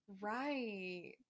Right